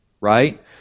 right